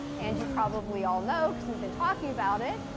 and you probably all know because we've been talking about it.